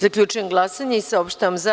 Zaključujem glasanje i saopštavam: za